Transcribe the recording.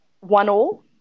one-all